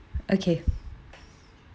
okay